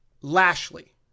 Lashley